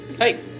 Hey